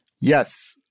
yes